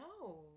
no